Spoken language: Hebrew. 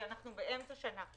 כי אנחנו באמצע שנה,